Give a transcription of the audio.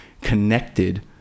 connected